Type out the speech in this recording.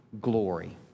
glory